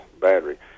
battery